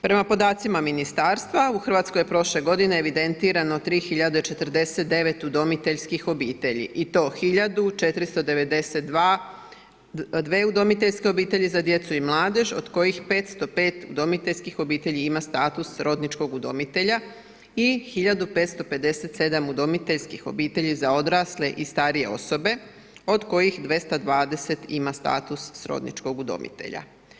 Prema podacima ministarstva, u Hrvatskoj je prošle godine evidentirano 3 hiljade 49 udomiteljskih obitelji i to hiljadu 492 udomiteljske obitelji za djecu i mladež od kojih 505 udomiteljskih obitelji ima status srodničkog udomitelja i hiljadu 557 udomiteljskih obitelji za odrasle i starije osobe od kojih 220 ima status srodničkog udomitelja.